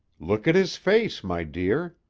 look at his face, my dear.